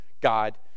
God